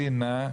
'סטדינה',